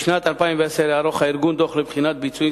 בשנת 2010 יערוך הארגון דוח לבחינת הביצועים